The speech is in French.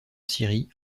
syrie